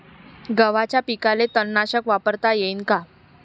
गव्हाच्या पिकाले तननाशक वापरता येईन का?